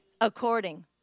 according